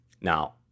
Now